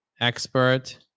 expert